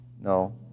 No